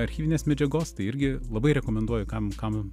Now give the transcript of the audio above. archyvinės medžiagos tai irgi labai rekomenduoju kam kam